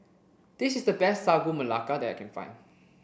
this is the best Sagu Melaka that I can find